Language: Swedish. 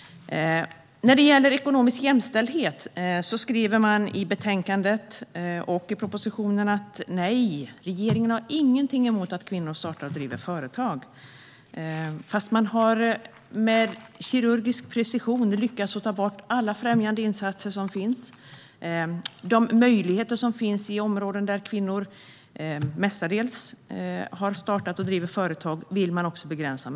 När det gäller ekonomisk jämställdhet skriver man i betänkandet och i propositionen att regeringen inte har någonting emot att kvinnor startar och driver företag. Men man har med kirurgisk precision lyckats ta bort alla främjande insatser. De möjligheter som finns inom områden där mestadels kvinnor har startat och drivit företag vill man också begränsa.